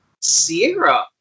Sierra